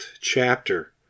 chapter